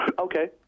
Okay